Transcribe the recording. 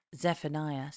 Zephaniah